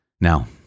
Now